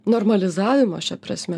normalizavimo šia prasme